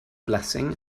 blessing